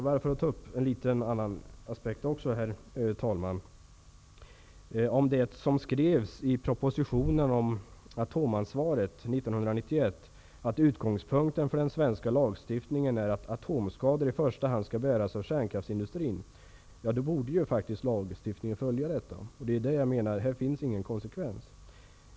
Herr talman! Jag vill även ta upp en annan apsekt. I propositionen om atomansvaret 1991 stod det att utgångspunkten för den svenska lagstiftningen är att kostnaderna för atomskador i första hand skall bäras av kärnkraftsindustrin. Lagstiftningen borde faktiskt följa detta. Jag menar att det här inte finns någon konsekvens.